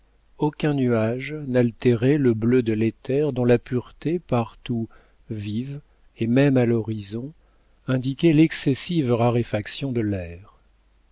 aucun nuage n'altérait le bleu de l'éther dont la pureté partout vive et même à l'horizon indiquait l'excessive raréfaction de l'air